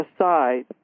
aside